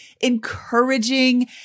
encouraging